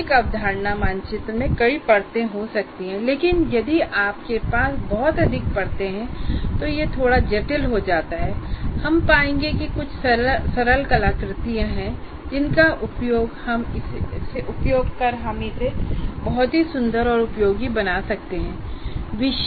तो एक अवधारणा मानचित्र में कई परतें हो सकती हैं लेकिन यदि आपके पास बहुत अधिक परतें हैं तो यह थोड़ा जटिल हो सकता है हम पाएंगे कि कुछ सरल कलाकृतियाँ हैं जिनका उपयोग हम इसे बहुत ही सुंदर और उपयोगी बना सकते हैं